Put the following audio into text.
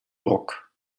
ruck